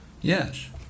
Yes